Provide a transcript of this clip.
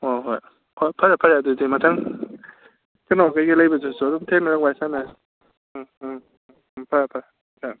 ꯍꯣꯏ ꯍꯣꯏ ꯐꯔꯦ ꯐꯔꯦ ꯐꯔꯦ ꯑꯗꯨꯗꯤ ꯃꯊꯪ ꯀꯩꯅꯣꯗꯒꯤ ꯂꯩꯕꯗꯨꯁꯨ ꯑꯗꯨꯝ ꯊꯦꯡꯅꯔꯒ ꯋꯥꯔꯤ ꯁꯥꯟꯅꯔꯁꯤ ꯎꯝ ꯎꯝ ꯎꯝ ꯐꯔꯦ ꯐꯔꯦ ꯐꯔꯦ